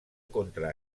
contra